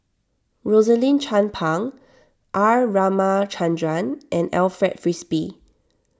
Rosaline Chan Pang R Ramachandran and Alfred Frisby